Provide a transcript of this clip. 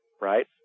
right